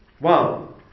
Wow